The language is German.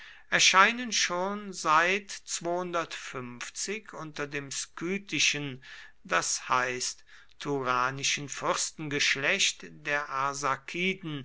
erscheinen schon seit unter dem skythischen das heißt turanischen fürstengeschlecht der